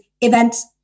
events